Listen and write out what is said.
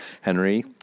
Henry